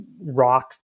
rock